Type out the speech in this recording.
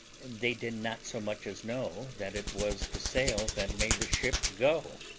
they did not so much as know that it was the sails that made the ship go,